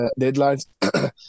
deadlines